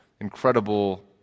incredible